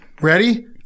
Ready